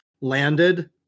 landed